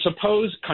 suppose